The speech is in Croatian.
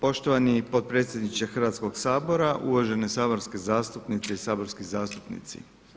Poštovani potpredsjedniče Hrvatskog sabora, uvažene saborske zastupnike i saborski zastupnici.